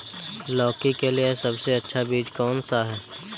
लौकी के लिए सबसे अच्छा बीज कौन सा है?